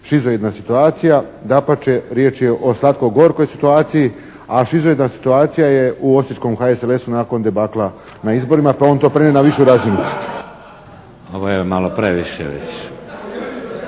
šizoidna situacija, dapače riječ je o slatko-gorkoj situaciji, a šizoidna situacija je u osječkom HSLS-u nakon debakla na izborima pa je on to prenio na višu razinu. **Šeks, Vladimir